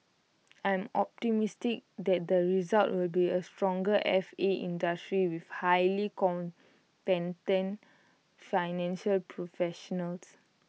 I'm optimistic that the result will be A stronger F A industry with highly financial professionals